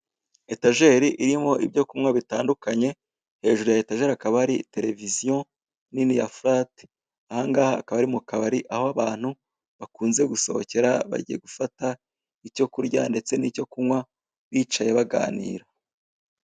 Etajeri irimo ibyo kunywa bitandukanye hejuru ya etajeri hakaba hari televiziyo nini ya furati, ahangaha hakaba ari mu kabari aho abantu bakunze gusohokera bagiye gufata icyo kurya ndetse nicyo kunywa bicaye baganira.